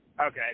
Okay